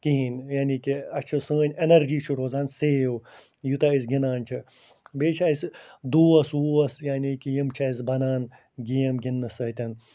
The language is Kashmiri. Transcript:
کِہیٖنۍ یعنی کہِ اَسہِ چھِ سٲنۍ اٮ۪نَرجی چھِ روزان سیو یوٗتاہ أسۍ گِنٛدان چھِ بیٚیہِ چھِ اَسہِ دوس ووس یعنی کہِ یِم چھِ اَسہِ بنان گیم گِنٛدنہٕ سۭتۍ